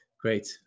Great